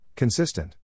Consistent